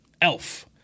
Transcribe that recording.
Elf